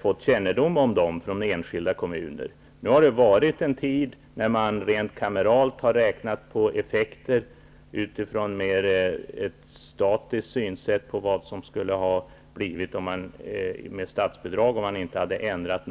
fått kännedom om dem från enskilda kommuner. Nu har det varit en tid när man rent kameralt har räknat på effekter utifrån ett statiskt synsätt på vilka statsbidrag man skulle ha fått, om ingenting hade ändrats.